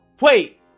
Wait